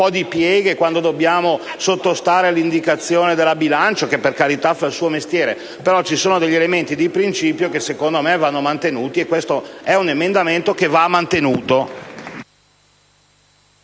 termine - quando dobbiamo sottostare alle indicazioni della Commissione bilancio (che, per carità, fa il suo mestiere), ma ci sono degli elementi di principio che secondo me vanno mantenuti, e questo è un emendamento che va mantenuto.